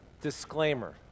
disclaimer